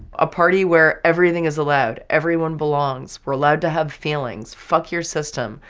a party where everything is allowed, everyone belongs. we're allowed to have feelings. fuck your system,